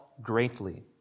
greatly